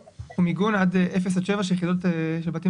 המיגון של 0 עד 7 של יחידות פרטיות,